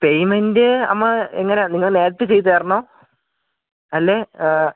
payment അമ്മാ എങ്ങനെയാണ് നിങ്ങൾ നേരത്തെ ചെയ്തു തരണോ അല്ലെ